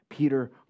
Peter